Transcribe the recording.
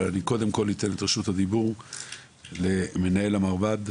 אבל אני קודם כל אתן את רשות הדיבור למנהל המרב"ד,